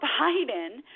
Biden